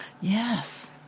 Yes